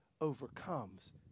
overcomes